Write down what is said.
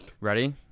Ready